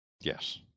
Yes